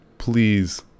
Please